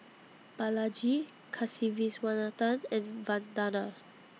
Balaji Kasiviswanathan and Vandana